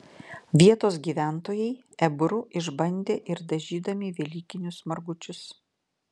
vietos gyventojai ebru išbandė ir dažydami velykinius margučius